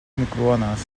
microones